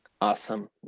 Awesome